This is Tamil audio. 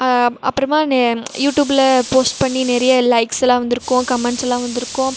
அப்புறமா நே யூடியூப்பில் போஸ்ட் பண்ணி நிறையா லைக்ஸெலாம் வந்துருக்கும் கமெண்ட்ஸெலாம் வந்துருக்கும்